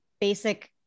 basic